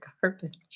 garbage